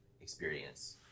experience